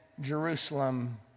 Jerusalem